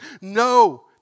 No